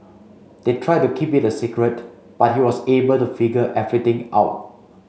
they tried to keep it a secret but he was able to figure everything out